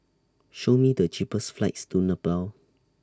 Show Me The cheapest flights to Nepal